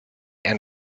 and